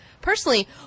personally